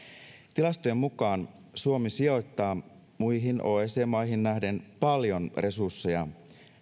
tilastojen mukaan suomi sijoittaa muihin oecd maihin nähden paljon resursseja